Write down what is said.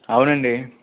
అవునండి